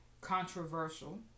controversial